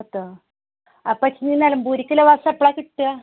പത്തോ അപ്പോൾ ഇഷിനി നെലമ്പൂരിക്കിള്ള ബസ്സെപ്പളാ കിട്ടുക